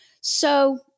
So-